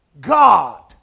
God